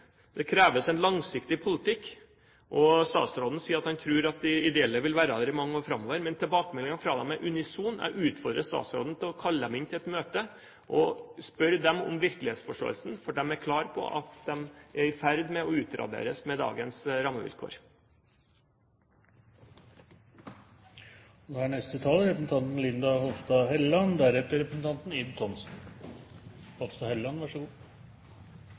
kreves en langsiktig politikk. Statsråden sier at han tror at de ideelle aktører vil være der i mange år framover, men tilbakemeldingene fra dem er unisone. Jeg utfordrer statsråden til å kalle dem inn til et møte og spørre dem om virkelighetsforståelsen, for de er klare på at de er i ferd med å utraderes med dagens rammevilkår. Nå har ikke jeg tenkt å hale ut debatten her, men jeg må kommentere innleggene fra statsråden og fra representanten